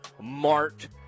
Mart